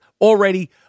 already